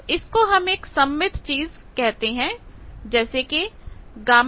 तो इसको हम एक सममित चीज कहते हैं जैसे कि Γ2ΓN